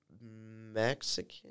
Mexican